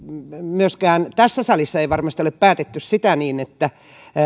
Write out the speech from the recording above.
myöskään tässä salissa ei varmasti ole päätetty sitä että